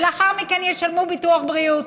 ולאחר מכן ישלמו ביטוח בריאות,